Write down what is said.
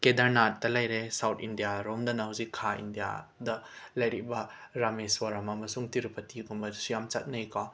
ꯀꯦꯗꯔꯅꯥꯠꯇ ꯂꯩꯔꯦ ꯁꯥꯎꯠ ꯏꯟꯗꯤꯌꯥꯔꯣꯝꯗꯅ ꯍꯧꯖꯤꯛ ꯈꯥ ꯏꯟꯗꯤꯌꯥꯗ ꯂꯩꯔꯤꯕ ꯔꯥꯃꯦꯁ꯭ꯋꯔꯝ ꯑꯃꯁꯨꯡ ꯇꯤꯔꯨꯄꯇꯤꯒꯨꯝꯕꯁꯨ ꯌꯥꯝ ꯆꯠꯅꯩꯀꯣ